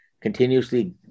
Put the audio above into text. continuously